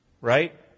Right